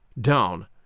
down